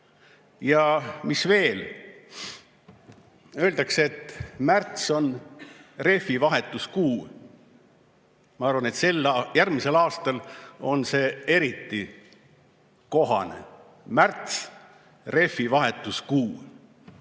Mis veel? Öeldakse, et märts on rehvivahetuskuu. Ma arvan, et järgmisel aastal on see eriti kohane. Märts – rehvivahetuskuu.